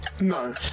No